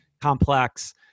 complex